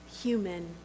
human